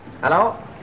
Hello